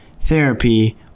therapy